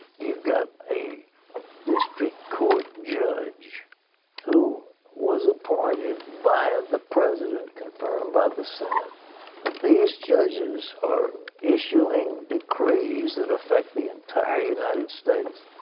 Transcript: you've got a district court judge who was appointed by the president, confirmed by the senate, and these judges are issuing decrees that affect the entire united states.